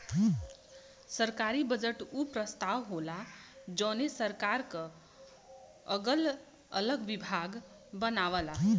सरकारी बजट उ प्रस्ताव होला जौन सरकार क अगल अलग विभाग बनावला